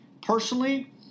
personally